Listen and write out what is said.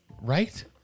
Right